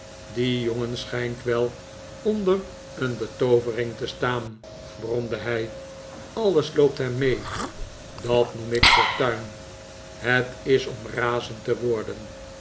die jongen schijnt wel onder een betoovering te staan bromde hij alles loopt hem mee dat noem ik fortuin het is om razend te worden